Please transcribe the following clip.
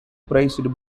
prized